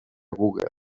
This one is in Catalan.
google